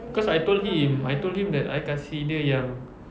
because I told him I told him that I kasih dia yang